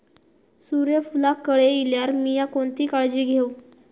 सूर्यफूलाक कळे इल्यार मीया कोणती काळजी घेव?